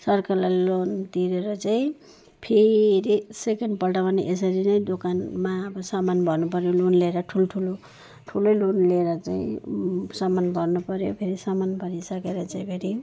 सरकारलाई लोन तिरेर चाहिँ फेरि सेकेन्ड पल्ट पनि यसरी नै दोकानमा अब सामान भर्न पर्यो लोन लिएर ठुल्ठुलो ठुलै लोन लिएर चाहिँ सामान भर्न पर्यो फेरि सामान भरिसकेर चाहिँ फेरि